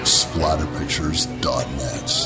splatterpictures.net